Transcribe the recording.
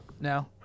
no